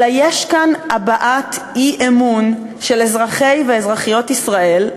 אלא יש כאן הבעת אי-אמון של אזרחי ואזרחיות ישראל,